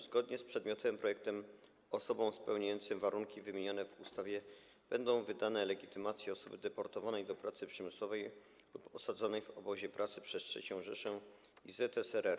Zgodnie z przedmiotowym projektem osobom spełniającym warunki wymienione w ustawie będą wydawane legitymacje osoby deportowanej do pracy przymusowej lub osadzonej w obozie pracy przez III Rzeszę i ZSRR.